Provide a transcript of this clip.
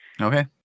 Okay